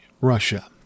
Russia